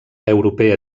europea